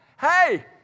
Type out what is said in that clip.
Hey